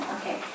Okay